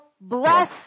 bless